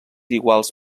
iguals